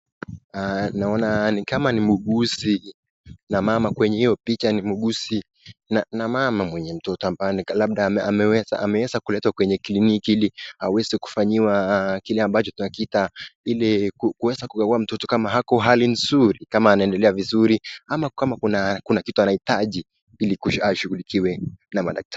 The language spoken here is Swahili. Naona nikama Ni muuguzi, Na mama kwenye hiyo picha Ni muuguzi Na mama mwenye mtoto, ambaye labda ameweza kuletwa kwenye kliniki iliaweze kufanyiwa kileambacho tunakiita, kuweza kukagua mtoto kama ako hali mzuri, kama anaendelea vizuri ama kuna Kile kitu anahitaji iliaweze kushughulikiwe na madaktari.